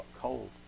cold